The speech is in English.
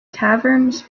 taverns